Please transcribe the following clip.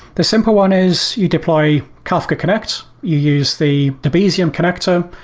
the simple one is you deploy kafka connect. you use the debezium connector,